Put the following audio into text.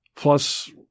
Plus